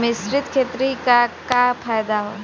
मिश्रित खेती क का फायदा ह?